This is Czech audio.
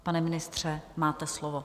Pane ministře, máte slovo.